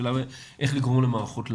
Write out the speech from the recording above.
השאלה איך לגרום למערכות לעבוד,